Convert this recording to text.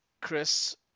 Chris